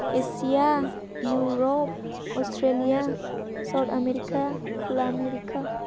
Asia Europe Australia south America खोला America